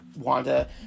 Wanda